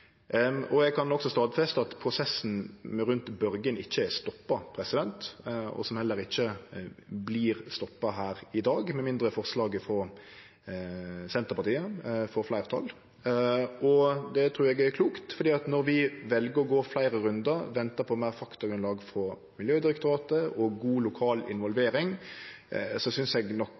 Eg kan også stadfeste at prosessen rundt Børgin ikkje er stoppa, og han vert heller ikkje stoppa her i dag, med mindre forslaget frå Senterpartiet får fleirtal. Det trur eg er klokt, for når vi vel å gå fleire rundar og ventar på meir faktagrunnlag frå Miljødirektoratet og god lokal involvering, synest eg nok